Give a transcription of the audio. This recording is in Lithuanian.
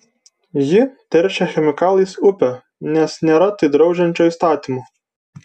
ji teršia chemikalais upę nes nėra tai draudžiančio įstatymo